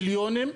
מיליונים.